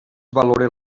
valoren